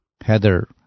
Heather